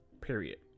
period